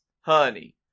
honey